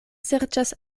serĉas